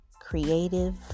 Creative